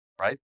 Right